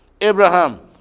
Abraham